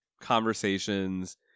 conversations